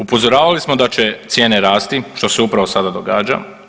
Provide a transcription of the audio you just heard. Upozoravali smo da će cijene rasti što se upravo sada događa.